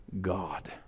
God